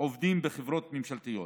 עובדים בחברות הממשלתיות